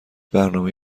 برنامه